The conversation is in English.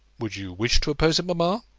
would you wish to oppose it, mamma?